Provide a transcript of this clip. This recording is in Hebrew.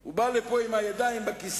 הוא במבוכתו אמר: שאלו אותי בענייני